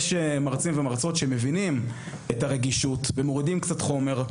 יש מרצים ומרצות שמבינים את הרגישות ומורידים קצת חומר,